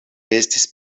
estis